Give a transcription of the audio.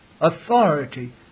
authority